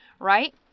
right